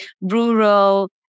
rural